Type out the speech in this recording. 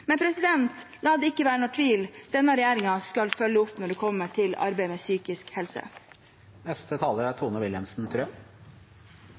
Men la det ikke være noen tvil: Denne regjeringen skal følge opp når det gjelder arbeid med psykisk helse. Ja, det er